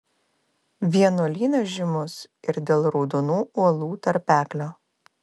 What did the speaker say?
vienuolynas žymus ir dėl raudonų uolų tarpeklio